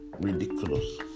Ridiculous